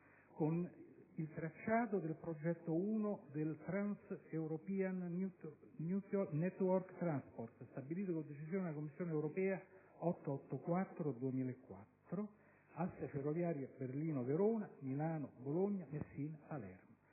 con il tracciato del Progetto n. 1 del Trans European Network Transport, stabilito con decisione della Commissione europea n. 884 del 2004, asse ferroviario Berlino-Verona/Milano-Bologna/Messina-Palermo;